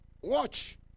Watch